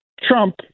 Trump